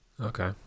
Okay